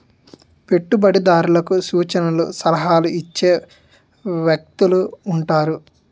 పెట్టుబడిదారులకు సూచనలు సలహాలు ఇచ్చే వ్యక్తులు ఉంటారు